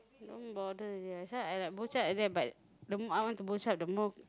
don't bother already lah that's why I like bochup like that but the more I want to bochup the more